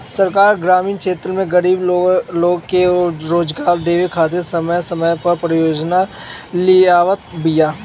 सरकार ग्रामीण क्षेत्र में गरीब लोग के रोजगार देवे खातिर समय समय पअ परियोजना लियावत बिया